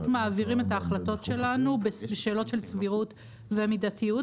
מעבירים את ההחלטות שלנו בשאלות של סבירות ומידתיות.